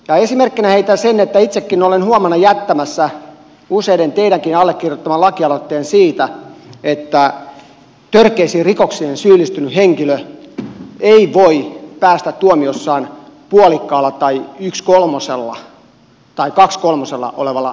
esimerkkinä heitän sen että itsekin olen huomenna jättämässä useiden teidänkin allekirjoittaman lakialoitteen siitä että törkeisiin rikoksiin syyllistynyt henkilö ei voi päästä tuomiossaan puolikkaalla tai yhdellä kolmasosalla tai kahdella kolmasosalla olevalla vähennyksellä